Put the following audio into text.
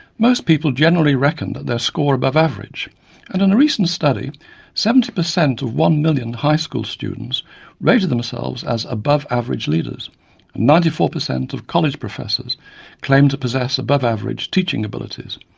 most people generally reckon that they score above average and in a recent study seventy per cent of one million high school students rated themselves as above average leaders ninety four per cent of college professors claimed to possess above average teaching abilities.